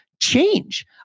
change